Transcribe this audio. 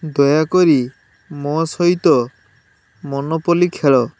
ଦୟାକରି ମୋ ସହିତ ମୋନୋପଲି ଖେଳ